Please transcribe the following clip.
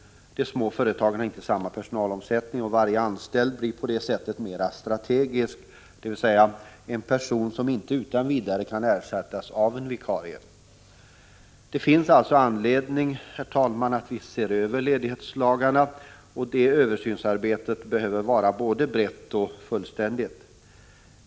De små företagen har inte samma personalomsättning, och varje anställd blir på det sättet mera strategisk, dvs. en person som inte utan vidare kan ersättas av en vikarie. Det finns alltså anledning, herr talman, att vi ser över ledighetslagarna, och det översynsarbetet behöver vara både brett och fullständigt.